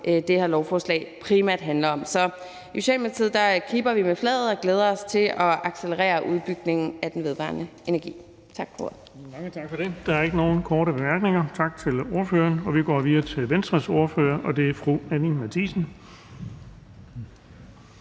det her lovforslag primært handler om. Så i Socialdemokratiet kipper vi med flaget og glæder os til at accelerere udbygningen af den vedvarende energi. Tak